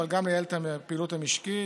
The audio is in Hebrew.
אבל גם לייעל את הפעילות המשקית.